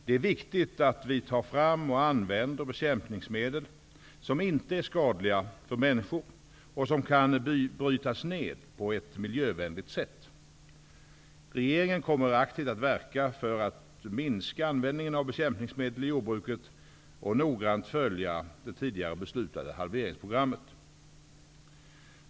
Det är viktigt att vi tar fram och använder bekämpningsmedel som inte är skadliga för människor och som kan brytas ned på ett miljövänligt sätt. Regeringen kommer aktivt att verka för en minskad användning av bekämpningsmedel i jordbruket och noggrant följa det tidigare beslutade halveringsprogrammet.